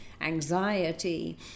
anxiety